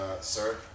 Sir